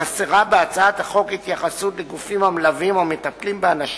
חסרה בהצעת החוק התייחסות לגופים המלווים אנשים